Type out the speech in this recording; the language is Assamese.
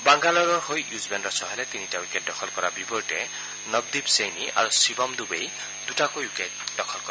বাংগালোৰৰ হৈ য়ুজৱেন্দ্ৰ চহলে তিনিটা উইকেট দখল কৰাৰ বিপৰীতে নৱদ্বীপ ছেইনি আৰু শিৱম ডুবেই দুটাকৈ উইকেট দখল কৰে